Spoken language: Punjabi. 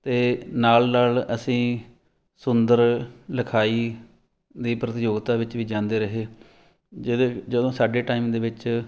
ਅਤੇ ਨਾਲ ਨਾਲ ਅਸੀਂ ਸੁੰਦਰ ਲਿਖਾਈ ਦੀ ਪ੍ਰਤੀਯੋਗਤਾ ਵਿੱਚ ਵੀ ਜਾਂਦੇ ਰਹੇ ਜਿਹਦੇ ਜਦੋਂ ਸਾਡੇ ਟਾਈਮ ਦੇ ਵਿੱਚ